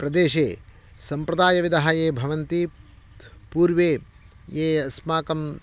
प्रदेशे सम्प्रदायविदः ये भवन्ति पूर्वे ये अस्माकं